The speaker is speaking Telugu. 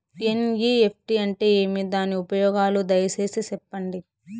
ఎన్.ఇ.ఎఫ్.టి అంటే ఏమి? దాని ఉపయోగాలు దయసేసి సెప్పండి?